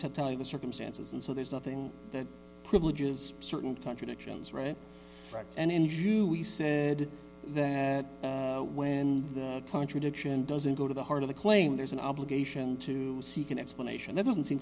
title circumstances and so there's nothing that privileges certain contradictions right right and he said that when the contradiction doesn't go to the heart of the claim there's an obligation to seek an explanation that doesn't seem